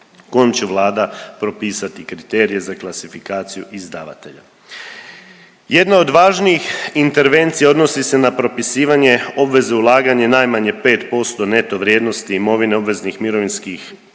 kojom će Vlada propisati kriterije za klasifikaciju izdavatelja. Jedna od važnijih intervencija odnosi se na propisivanje obveze ulaganja najmanje 5% neto vrijednosti imovine obveznih mirovinskih